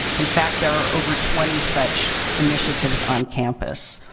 in fact, there are over twenty such initiatives on campus.